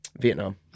vietnam